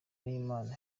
n’inama